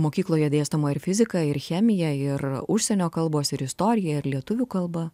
mokykloje dėstoma ir fizika ir chemija ir užsienio kalbos ir istoriją ir lietuvių kalba